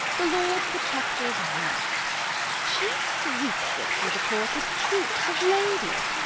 the lord protectors wife she sweepes it through the court with troups of ladies,